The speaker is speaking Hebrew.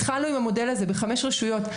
התחלנו עם המודל הזה בחמש רשויות,